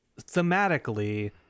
thematically